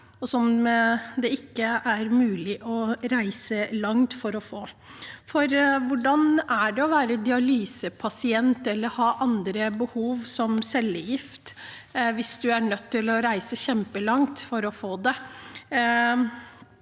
som det ikke er mulig å reise langt for å få. For hvordan er det å være dialysepasient eller å ha andre behov, som cellegift, hvis du er nødt til å reise kjempelangt for å få det?